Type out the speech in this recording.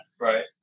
Right